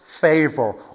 favor